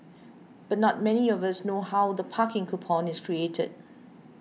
but not many of us know how the parking coupon is created